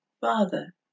Father